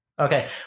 Okay